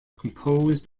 composed